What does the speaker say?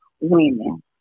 women